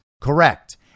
correct